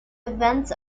events